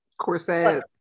Corset